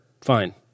fine